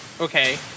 Okay